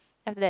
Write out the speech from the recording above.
after that